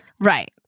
Right